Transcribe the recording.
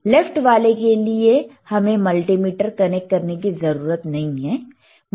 left वाले के लिए हमें मल्टीमीटर कनेक्ट करने की जरूरत नहीं है